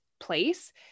place